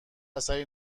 ثمری